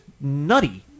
nutty